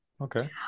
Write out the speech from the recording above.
Okay